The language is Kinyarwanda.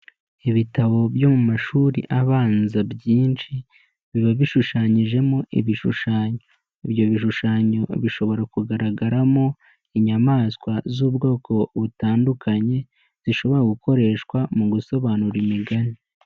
Ibitabo byo mu mashuri abanza byinshi biba bishushanyijemo ibishushanyo, ibyo bishushanyo bishobora kugaragaramo inyamaswa z'ubwoko butandukanye, zishobora gukoreshwa mu gusobanura imigani.